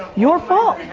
your fault.